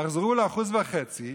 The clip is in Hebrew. תחזרו ל-1.5%.